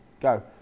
Go